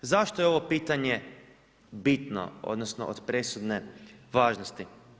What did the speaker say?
Zašto je ovo pitanje bitno, odnosno, od presudne važnosti?